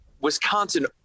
Wisconsin